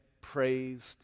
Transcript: praised